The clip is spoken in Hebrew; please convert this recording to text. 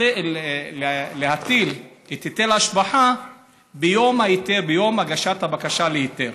להטיל את היטל ההשבחה ביום הגשת הבקשה להיתר.